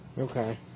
Okay